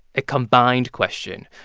a combined question,